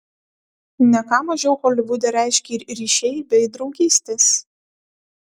ne ką mažiau holivude reiškia ir ryšiai bei draugystės